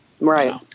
Right